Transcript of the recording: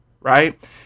right